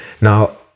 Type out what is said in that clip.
Now